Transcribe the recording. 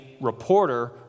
reporter